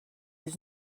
was